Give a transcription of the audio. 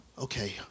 Okay